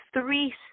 three